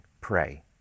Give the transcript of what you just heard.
pray